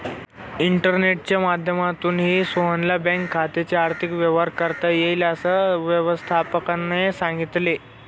इंटरनेटच्या माध्यमातूनही सोहनला बँक खात्याचे आर्थिक व्यवहार करता येतील, असं व्यवस्थापकाने सांगितले